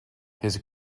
his